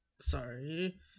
Sorry